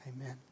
Amen